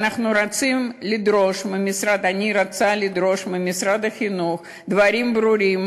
אני רוצה לדרוש ממשרד החינוך דברים ברורים,